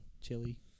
chili